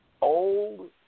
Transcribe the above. old